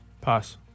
Pass